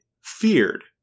feared